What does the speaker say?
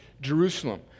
Jerusalem